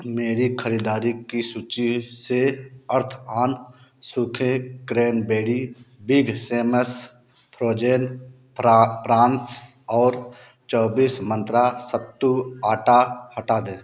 मेरी ख़रीदारी की सूची से अर्थऑन सूखे cranberry big Sam's frozen prawns और चौबीस मंत्रा सत्तू आटा हटा दें